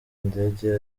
ndege